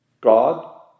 God